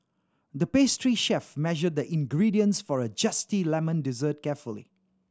the pastry chef measured the ingredients for a zesty lemon dessert carefully